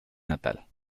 natal